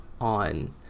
on